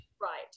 Right